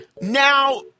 Now